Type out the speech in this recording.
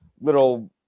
little